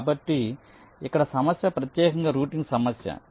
కాబట్టి ఇక్కడ సమస్య ప్రత్యేకంగా రౌటింగ్ సమస్య